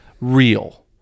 real